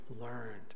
learned